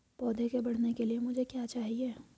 पौधे के बढ़ने के लिए मुझे क्या चाहिए?